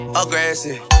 aggressive